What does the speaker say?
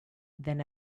than